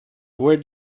where